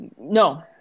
No